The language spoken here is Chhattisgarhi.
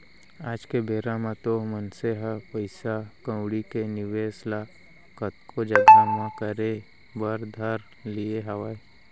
आज के बेरा म तो मनसे ह पइसा कउड़ी के निवेस ल कतको जघा म करे बर धर लिये हावय